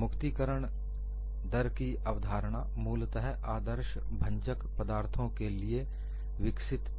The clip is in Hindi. मुक्ति करण दर की अवधारणा मूलत आदर्श भंजक पदार्थों के लिए ही विकसित